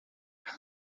how